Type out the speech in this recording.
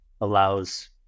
allows